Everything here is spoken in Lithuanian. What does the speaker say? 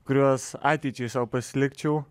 kuriuos ateičiai sau pasilikčiau